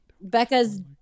Becca's